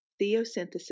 Theosynthesis